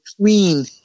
queen